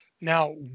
now